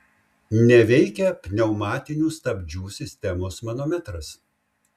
neveikia pneumatinių stabdžių sistemos manometras